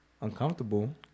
uncomfortable